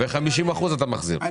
50% אתה מחזיר.